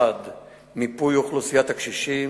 1. מיפוי אוכלוסיית הקשישים,